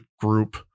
group